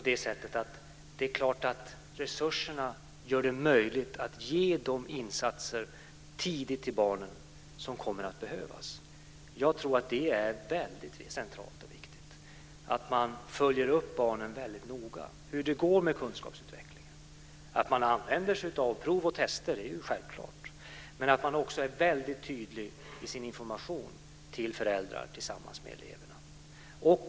Det är klart att resurserna gör det möjligt att tidigt ge de insatser till barnen som kommer att behövas. Jag tror att det är väldigt centralt och viktigt att man följer upp barnen väldigt noga och ser hur det går med kunskapsutvecklingen. Att man använder sig av prov och test är självklart, men man måste också vara väldigt tydlig i sin information till föräldrar och elever.